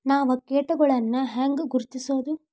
ನಾವ್ ಕೇಟಗೊಳ್ನ ಹ್ಯಾಂಗ್ ಗುರುತಿಸೋದು?